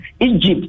Egypt